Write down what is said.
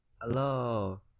Hello